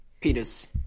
Peters